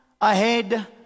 ahead